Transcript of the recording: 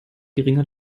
geringer